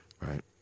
right